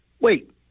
Wait